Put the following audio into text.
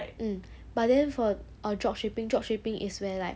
mm but then for uh dropshipping dropshipping is where like